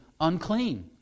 unclean